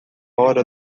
hora